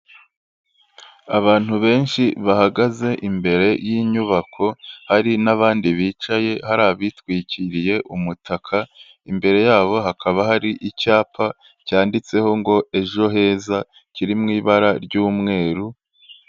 Abantu benshi bahagaze imbere y'inyubako, hari n'abandi bicaye, hari abitwikiriye umutaka, imbere yabo hakaba hari icyapa cyanditseho ngo ejo heza kiri mu ibara ry'umweru.